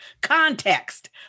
context